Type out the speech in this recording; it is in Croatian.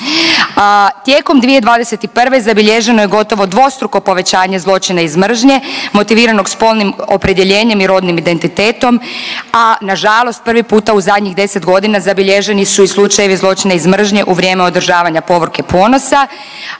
Tijekom 2021. zabilježeno je gotovo dvostruko povećanje zločina iz mržnje motiviranog spolnim opredjeljenjem i rodnim identitetom, a nažalost prvi puta u zadnjih 10 godina zabilježeni su i slučajevi zločina iz mržnje u vrijeme održavanja Povorke Ponosa.